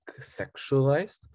sexualized